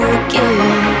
again